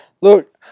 Look